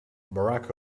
barack